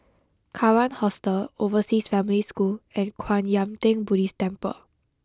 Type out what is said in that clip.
Kawan Hostel Overseas Family School and Kwan Yam Theng Buddhist Temple